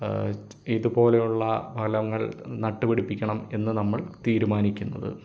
ഇതുപോലെയുള്ള ഫലങ്ങൾ നട്ടുപിടിപ്പിക്കണം എന്ന് നമ്മൾ തീരുമാനിക്കുന്നത്